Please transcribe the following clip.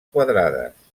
quadrades